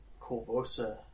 Corvosa